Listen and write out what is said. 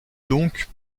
donc